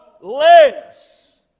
less